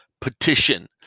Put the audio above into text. petition